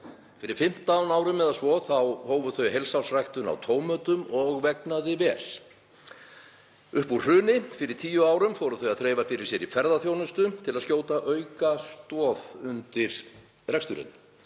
Fyrir 15 árum eða svo hófu þau heilsársræktun á tómötum og vegnaði ágætlega. Upp úr hruni, fyrir 10 árum, fóru þau að þreifa fyrir sér í ferðaþjónustu til að skjóta aukastoð undir reksturinn.